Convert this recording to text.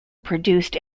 produced